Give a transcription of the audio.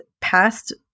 past